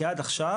כי עד עכשיו,